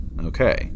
Okay